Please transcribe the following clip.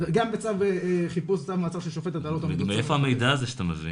מאיפה המידע הזה שאתה מביא?